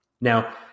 Now